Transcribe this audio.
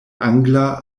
angla